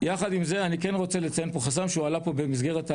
הוא פרסם נוהל לרשויות של מנגנון על-רשותי.